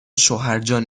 شوهرجان